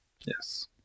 Yes